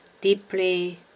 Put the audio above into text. deeply